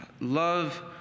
love